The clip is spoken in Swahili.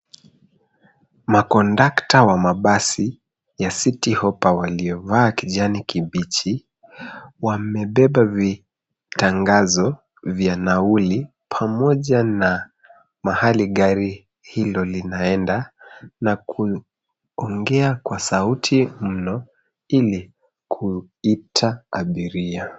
Makondakta wa mabasi, ya City Hoppa , waliovaa kijani kibichi , wamebeba vitangazo vya nauli pamoja na mahali gari hilo linaenda na kuongea kwa sauti mno ili kuita abiria.